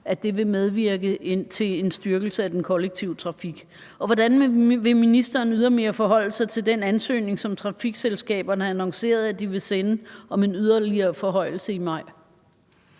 vil medvirke til en styrkelse af den kollektive trafik? Og hvordan vil ministeren ydermere forholde sig til den ansøgning, som trafikselskaberne annoncerede at de vil sende, om en yderligere forhøjelse i maj?